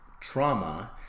trauma